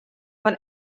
van